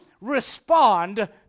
respond